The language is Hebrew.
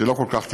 שלא כל כך תפקדה,